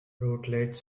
rutledge